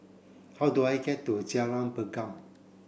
how do I get to Jalan Pergam